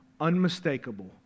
unmistakable